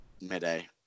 midday